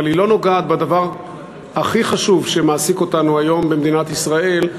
אבל היא לא נוגעת בדבר הכי חשוב שמעסיק אותנו היום במדינת ישראל,